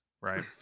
right